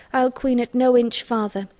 i'll queen it no inch further,